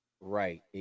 Right